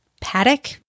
paddock